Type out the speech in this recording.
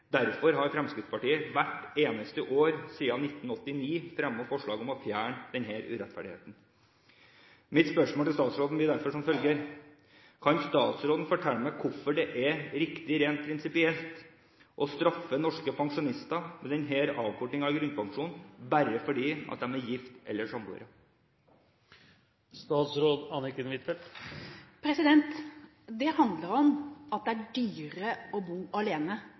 Derfor har Fremskrittspartiet hvert eneste år siden 1989 fremmet forslag om å fjerne denne urettferdigheten. Mitt spørsmål til statsråden blir derfor som følger: Kan statsråden fortelle meg hvorfor det er riktig – rent prinsipielt – å straffe norske pensjonister med denne avkortingen av grunnpensjonen bare fordi de er gift eller samboere? Det handler om at det er dyrere å bo alene